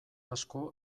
asko